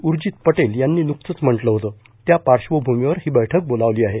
उर्जित पटेल यांनी नुकतंच म्हटलं होतं त्या पार्श्वभ्रमीवर ही बैठक बोलावली आहे